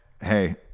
Hey